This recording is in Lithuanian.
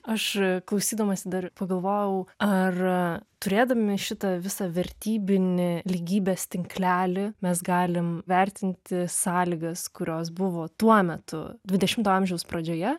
aš klausydamasi dar pagalvojau ar turėdami šitą visą vertybinį lygybės tinklelį mes galim vertinti sąlygas kurios buvo tuo metu dvidešimto amžiaus pradžioje